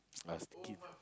I was a kid